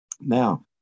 now